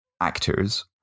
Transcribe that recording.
actors